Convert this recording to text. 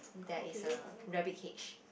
there is a rabbit cage